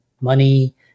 money